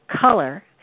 color